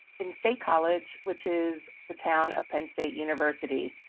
in state college, which is the town of penn state university.